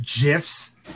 gifs